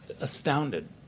astounded